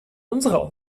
unserer